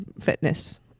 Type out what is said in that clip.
fitness